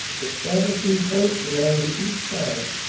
establishing posts along the east side,